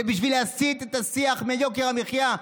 זה בשביל להסיט את השיח מיוקר המחיה.